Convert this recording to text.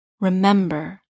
remember